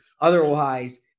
Otherwise